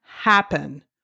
happen